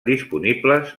disponibles